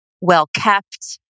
well-kept